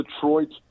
Detroit